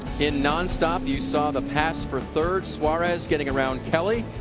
in nonstop you saw the pass for third, suarez getting around kelly.